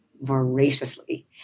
voraciously